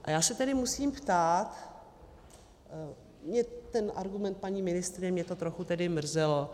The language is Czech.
A já se tedy musím ptát, mě ten argument, paní ministryně, mě to trochu tedy mrzelo.